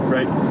Right